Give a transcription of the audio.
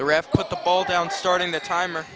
the ref put the ball down starting the timer